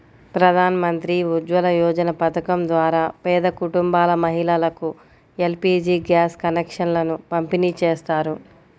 ప్రధాన్ మంత్రి ఉజ్వల యోజన పథకం ద్వారా పేద కుటుంబాల మహిళలకు ఎల్.పీ.జీ గ్యాస్ కనెక్షన్లను పంపిణీ చేస్తారు